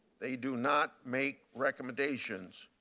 they do not make recommendations.